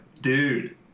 Dude